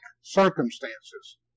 circumstances